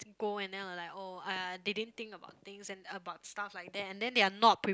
go and then I'll like oh !aiya! they didn't think about things and about stuff like that then they are not pre